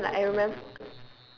ya and then like I remem~